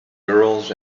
girls